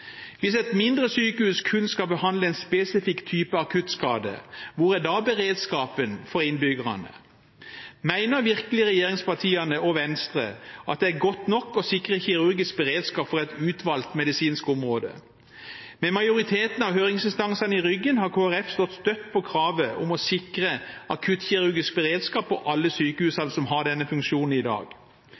Hvis et mindre sykehus kun skal behandle en spesifikk type akuttskade, hvor er da beredskapen for innbyggerne? Mener virkelig regjeringspartiene og Venstre at det er godt nok å sikre kirurgisk beredskap på et utvalgt medisinsk område? Med majoriteten av høringsinstansene i ryggen har Kristelig Folkeparti stått støtt på kravet om å sikre akuttkirurgisk beredskap på alle sykehus som har denne funksjonen i dag.